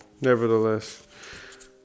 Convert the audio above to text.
Nevertheless